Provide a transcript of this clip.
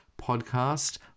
podcast